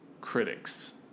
critics